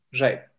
Right